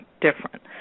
different